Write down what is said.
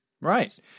Right